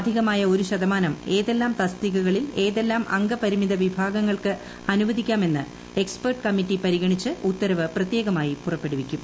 അധികമായ ഒരു ശതമാനം ഏതെല്ലാം തസ്തികകളിൽ ഏതെല്ലാം അംഗപരിമിത വിഭാഗങ്ങൾക്ക് അനുവദിക്കാമെന്ന് എക്സ്പേർട്ട് കമ്മിറ്റി പരിഗണിച്ച് ഉത്തരവ് പ്രത്യേകമായി പുറപ്പെടുവിക്കും